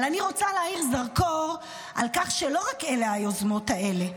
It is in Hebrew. אבל אני רוצה להאיר זרקור על כך שלא רק אלה היוזמות האלה.